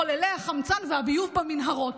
מחוללי החמצן והביוב במנהרות.